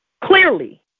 clearly